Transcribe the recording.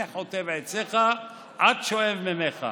מחטב עציך עד שאב מימיך".